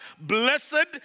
blessed